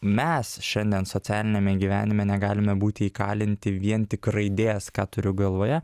mes šiandien socialiniame gyvenime negalime būti įkalinti vien tik raidės ką turiu galvoje